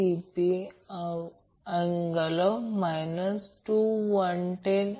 हे दिले आहे आणि हे Z Y Z Y Z Y आहे